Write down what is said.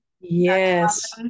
yes